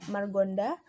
Margonda